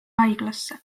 haiglasse